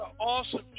awesome